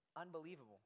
unbelievable